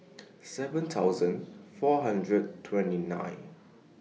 seven thousand four hundred twenty nine